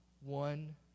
one